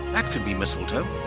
that could be mistletoe.